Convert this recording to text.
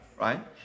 right